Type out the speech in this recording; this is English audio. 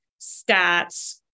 stats